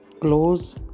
close